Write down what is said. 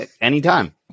anytime